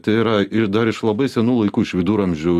tai yra ir dar iš labai senų laikų iš viduramžių